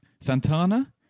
Santana